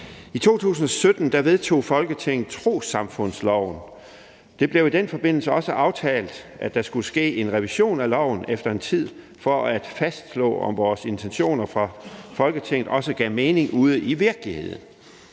I 2017 vedtog Folketinget trossamfundsloven. Det blev i den forbindelse også aftalt, at der skulle ske en revision af loven efter noget tid for at fastslå, om vores intentioner fra Folketingets side også gav mening ude i virkeligheden.